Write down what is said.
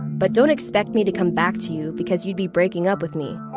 but don't expect me to come back to you because you'd be breaking up with me.